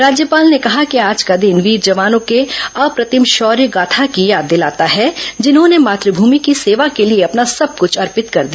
राज्यपाल ने कहा कि आज का दिन वीर जवानों की अप्रतिम शौर्य गाथा की याद दिलाता है जिन्होंने मातृभूमि की सेवा के लिए अपना सब कुछ अर्पित कर दिया